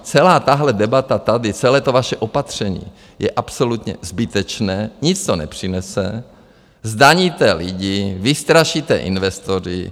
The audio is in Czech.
Celá tahle debata tady, celé to vaše opatření je absolutně zbytečné, nic to nepřinese, zdaníte lidi, vystrašíte investory.